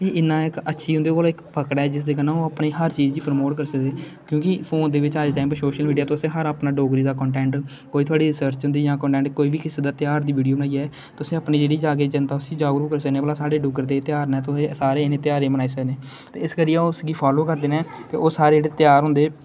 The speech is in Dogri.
एह् इन्ना इक अच्छी उंदे कोल पकड़ ऐ जिस दे कन्नै ओह् अपनी हर चीज गी कंट्रोल करी सकदे क्योकि फोन दे बिच अज्ज दे टाइम उप्पर सोशल मिडिया तुस हर अपना डोगरी दा कटंटेंट कोई थुआढ़ी रिसर्च कोई बी किसे त्यार दी बीडियू बनाइयै तुसें अपने जेहड़ी जागरुक करी सकने जां साढ़े डुगर दे ध्यार ना तुसें सारे इन्ने ध्यारें गी मनाई सकने आं ते इस करियै उस गी फालो करदे न ते ओह् सारे ध्यार होंदे